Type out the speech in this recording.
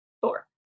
four